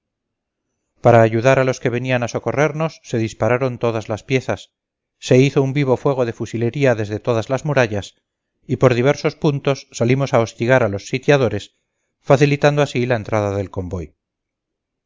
para ayudar a los que venían a socorrernos se dispararon todas las piezas se hizo un vivo fuego de fusilería desde todas las murallas y por diversos puntos salimos a hostigar a los sitiadores facilitando así la entrada del convoy